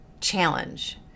challenge